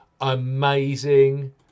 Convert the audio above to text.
amazing